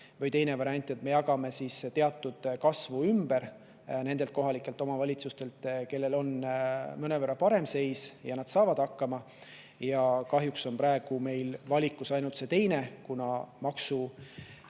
või, teine variant, me jagame ümber teatud kasvu nendelt kohalikelt omavalitsustelt, kellel on mõnevõrra parem seis ja kes saavad hakkama. Kahjuks on praegu meil valikus ainult see teine, kuna maksutulu